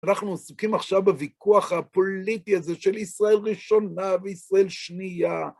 אנחנו עוסקים עכשיו בוויכוח הפוליטי הזה של ישראל ראשונה וישראל שנייה,